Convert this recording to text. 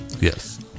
Yes